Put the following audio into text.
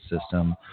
system